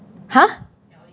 !huh!